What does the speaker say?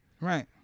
Right